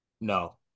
No